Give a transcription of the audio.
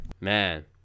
man